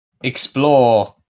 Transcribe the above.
Explore